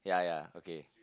yeah yeah okay